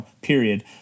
period